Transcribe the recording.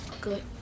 Good